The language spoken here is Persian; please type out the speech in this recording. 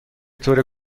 طور